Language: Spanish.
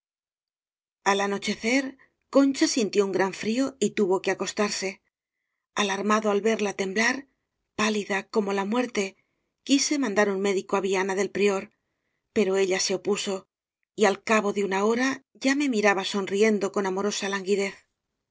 al anochecer concha sintió un gran frío y tuvo que acostarse alarmado al verla tem blar pálida como la muerte quise mandar por un médico á viana del prior pero ella se opuso y al cabo de una hora ya me mira ba sonriendo con amorosa languidez